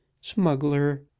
Smuggler